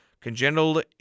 congenital